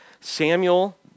Samuel